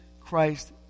Christ